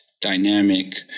dynamic